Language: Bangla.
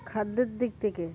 খাদ্যের দিক থেকে